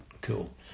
Cool